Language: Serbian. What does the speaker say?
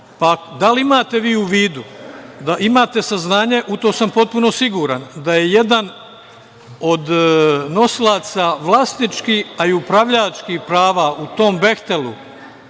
fazi. Da li imate u vidu da imate saznanje, u to sam potpuno siguran, da je jedan od nosilaca vlasničkih, a i upravljačkih prava u tom „Behtelu“